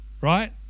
right